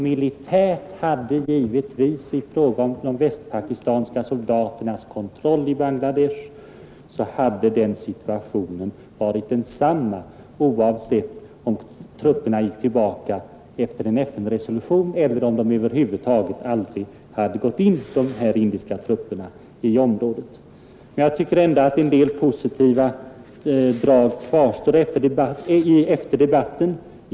Militärt hade situationen varit densamma — om de indiska trupperna drogs tillbaka efter en FN-resolution — som om de aldrig hade gått in i området; de västpakistanska soldaternas kontroll i Bangla Desh hade bestått. Jag tycker ändå att en del positiva drag kvarstår efter debatten.